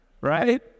right